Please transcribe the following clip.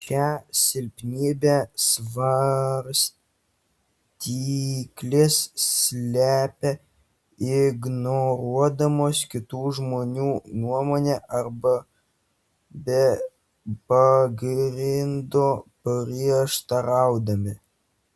šią silpnybę svarstyklės slepia ignoruodamos kitų žmonių nuomonę arba be pagrindo prieštaraudami